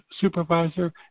supervisor